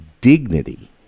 dignity